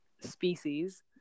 species